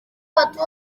bwakozwe